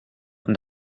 und